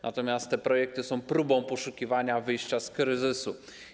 Natomiast projekty te są próbą poszukiwania wyjścia z kryzysu.